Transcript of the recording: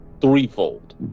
threefold